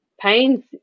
pains